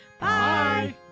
Bye